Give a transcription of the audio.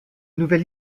nouvel